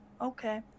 okay